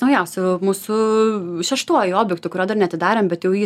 naujausiu mūsų šeštuoju objektu kurio dar neatidarėm bet jau jį